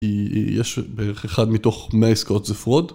יש בערך אחד מתוך 100 עסקאות זה fraud.